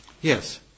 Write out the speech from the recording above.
Yes